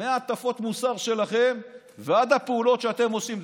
מהטפות המוסר שלכם ועד הפעולות שאתם עושים.